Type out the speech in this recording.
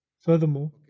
Furthermore